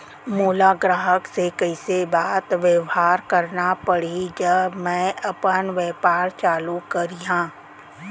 मोला ग्राहक से कइसे बात बेवहार करना पड़ही जब मैं अपन व्यापार चालू करिहा?